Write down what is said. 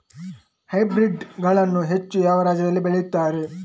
Hybrid ಗಳನ್ನು ಹೆಚ್ಚು ಯಾವ ರಾಜ್ಯದಲ್ಲಿ ಬೆಳೆಯುತ್ತಾರೆ?